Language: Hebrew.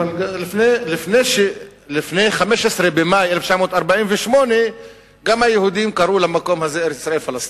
אבל לפני 15 במאי 1948 גם היהודים קראו למקום הזה ארץ-ישראל פלסטין.